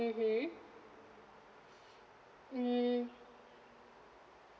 mmhmm mm